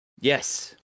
Yes